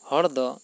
ᱦᱚᱲ ᱫᱚ